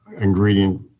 ingredient